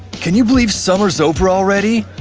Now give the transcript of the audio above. can you believe summer's over already?